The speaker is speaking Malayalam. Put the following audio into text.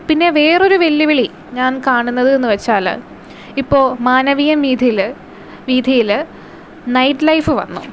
പിന്നെ വേറൊരു വെല്ലുവിളി ഞാൻ കാണുന്നതെന്ന് വെച്ചാല് ഇപ്പോൾ മാനവീയം വീഥിയില് വീഥിയില് നൈറ്റ് ലൈഫ് വന്നു